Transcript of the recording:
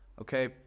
Okay